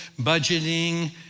budgeting